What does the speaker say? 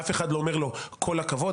אף אחד לא אומר לו כל הכבוד,